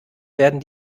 werden